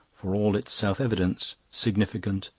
for all its self-evidence, significant,